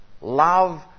Love